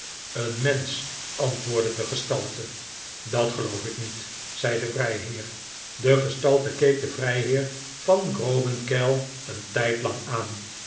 een mensch antwoordde de gestalte dat geloof ik niet zei de vrijheer de gestalte keek den vrijheer van grobenkeil een tijdlang aan